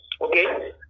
Okay